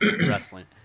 Wrestling